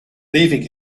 leaving